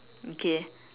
okay